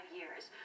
years